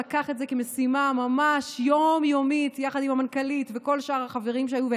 שלקח את זה כמשימה ממש יום-יומית יחד עם המנכ"לית וכל שאר החברים שהיו,